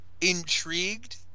intrigued